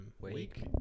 wake